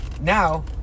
now